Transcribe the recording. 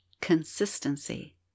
consistency